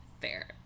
fair